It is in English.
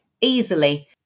easily